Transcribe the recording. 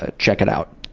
ah check it out.